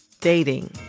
Dating